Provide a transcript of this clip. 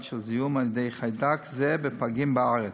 של זיהום על-ידי חיידק זה בפגים בארץ.